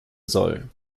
soll